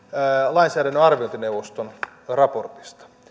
lainsäädännön arviointineuvoston yrittäjävähennystä koskevasta raportista